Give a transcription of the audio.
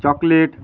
chocolate